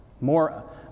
more